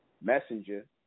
messenger